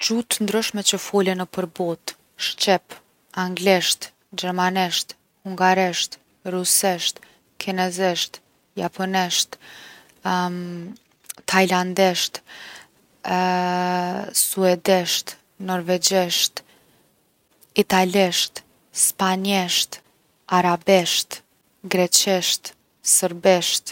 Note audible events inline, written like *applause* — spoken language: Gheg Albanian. Gjuhë t’ndryshme që folen nëpër botë, shqip, anglisht, gjermanisht, hungarisht, rusisht, kinezisht, japonisht *hesitation* tajlandisht *hesitation* suedisht, norvegjisht, italisht, spanjisht, arabisht, greqisht, serbisht.